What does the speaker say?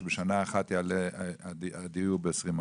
שבשנה אחת יעלה הדיור ב-20%.